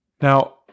Now